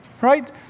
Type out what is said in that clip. right